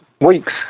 weeks